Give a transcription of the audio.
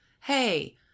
Hey